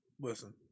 listen